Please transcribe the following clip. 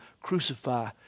crucify